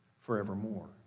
forevermore